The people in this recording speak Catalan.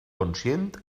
conscient